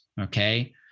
Okay